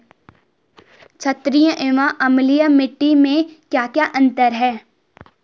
छारीय एवं अम्लीय मिट्टी में क्या क्या अंतर हैं?